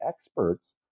experts